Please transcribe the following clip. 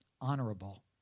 honorable